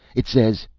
it says,